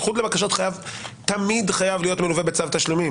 איחוד לבקשת חייב תמיד חייב להיות מלווה בצו תשלומים.